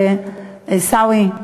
עיסאווי,